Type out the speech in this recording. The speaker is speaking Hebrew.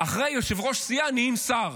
אחרי יושב-ראש סיעה נהיים שר.